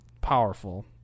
Powerful